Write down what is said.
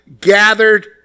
gathered